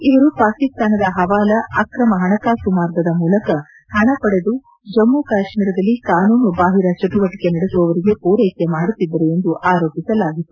ಇವರು ಪಾಕಿಸ್ತಾನದ ಹವಾಲ ಅಕ್ರಮ ಹಣಕಾಸು ಮಾರ್ಗದ ಮೂಲಕ ಹಣ ಪಡೆದು ಜಮ್ನು ಕಾಶ್ಮೀರದಲ್ಲಿ ಕಾನೂನುಬಾಹಿರ ಚಟುವಟಿಕೆ ನಡೆಸುವವರಿಗೆ ಪೂರೈಕೆ ಮಾಡುತ್ತಿದ್ದರು ಎಂದು ಆರೋಪಿಸಲಾಗಿತ್ತು